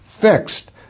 fixed